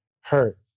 hurt